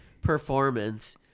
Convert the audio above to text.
performance